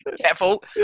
Careful